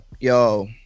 Yo